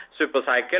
supercycle